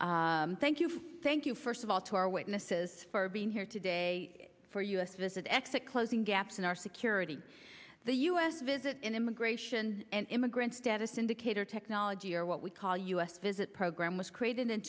thank you thank you first of all to our witnesses for being here today for u s visit exit closing gaps in our security the u s visit an immigration and immigrant status indicator technology or what we call u s visit program was created in